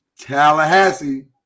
Tallahassee